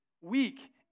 weak